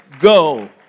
go